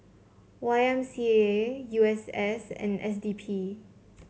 Y M C A U S S and S D P